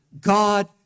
God